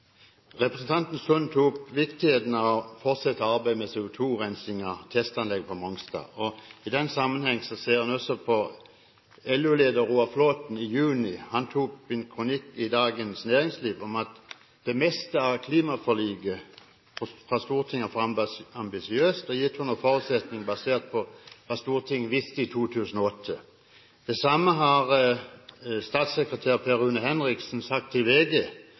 Representanten Sund tok opp viktigheten av å fortsette arbeidet med CO2-rensing på testanlegget på Mongstad. I den sammenheng tok LO-leder Roar Flåthen i en kronikk i Dagens Næringsliv i juni til orde for at det meste av klimaforliket i Stortinget er for ambisiøst, og basert på hva Stortinget visste i 2008. Det samme har statssekretær Per Rune Henriksen sagt til VG,